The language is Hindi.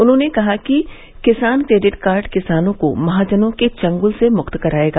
उन्होंने कहा कि किसान क्रेडिट कार्ड किसानों को महाजनों के चंगुल से मुक्त कराएगा